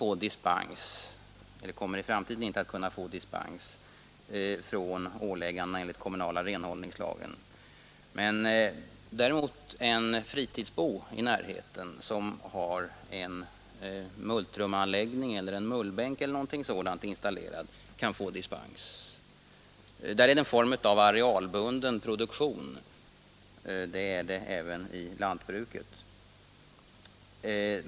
En lantgård kommer i framtiden inte att kunna få dispens från åläggandena enligt kommunala renhållningslagen. Men en fritidsbo i närheten, som har en multrumanläggning, en mullbänk eller liknande etablerad kan däremot få dispens. Där är det en form av arealbunden produktion. Det är det även i lantbruket.